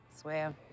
Swear